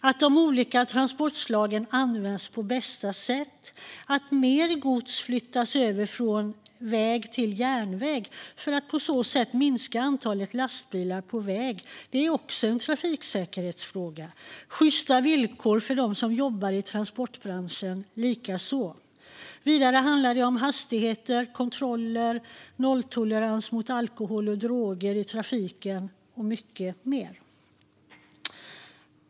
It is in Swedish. Att de olika transportslagen används på bästa sätt - till exempel genom att mer gods flyttas över från väg till järnväg så att antalet lastbilar på vägarna minskas - är också en trafiksäkerhetsfråga, sjysta villkor för dem som jobbar i transportbranschen likaså. Vidare handlar det om hastighetsgränser, kontroller, nolltolerans mot alkohol och droger i trafiken och mycket mer.